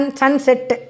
sunset